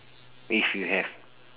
if you have